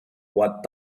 what